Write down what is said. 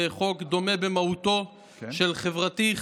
וחוק דומה במהותו של חברתי,